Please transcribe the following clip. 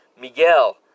Miguel